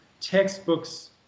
textbooks